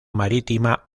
marítima